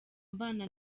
mbana